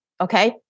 Okay